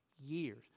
years